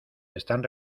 están